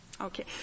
Okay